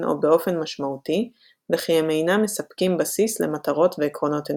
או באופן משמעותי וכי הם אינם מספקים בסיס למטרות ועקרונות אנושיים.